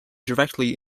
directly